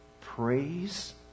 praise